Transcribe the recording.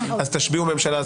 אז תשביעו ממשלה,